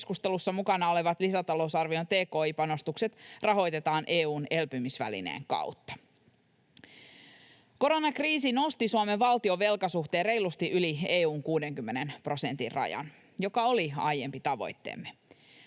keskustelussa mukana olevat lisätalousarvion tki-panostukset rahoitetaan EU:n elpymisvälineen kautta. Koronakriisi nosti Suomen valtion velkasuhteen reilusti yli EU:n 60 prosentin rajan, joka oli aiempi tavoitteemme.